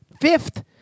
Fifth